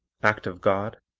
act of god,